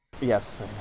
yes